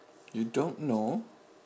you don't know